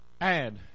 add